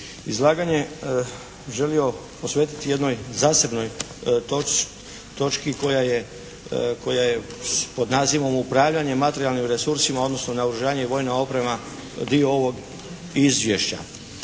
izlaganje želio posvetiti jednoj zasebnoj točki koja je pod nazivom "Upravljanje materijalnim resursima, odnosno naoružanje vojna oprema" dio ovog izvješća.